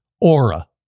Aura